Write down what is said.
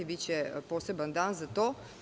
Biće poseban dan za to.